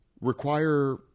require